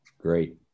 great